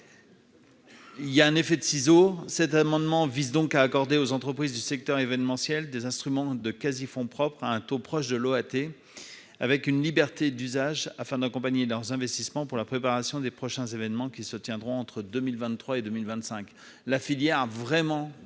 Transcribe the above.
un effet de ciseaux. Cet amendement vise donc à accorder aux entreprises du secteur événementiel des instruments de quasi-fonds propres à un taux proche de l'obligation assimilable du Trésor (OAT) avec une liberté d'usage, afin d'accompagner leurs investissements pour la préparation des prochains événements qui se tiendront entre 2023 et 2025. Cette filière a vraiment